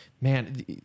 Man